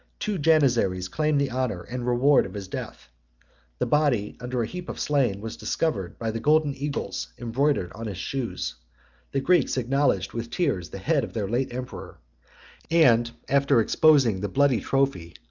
two janizaries claimed the honor and reward of his death the body, under a heap of slain, was discovered by the golden eagles embroidered on his shoes the greeks acknowledged, with tears, the head of their late emperor and, after exposing the bloody trophy,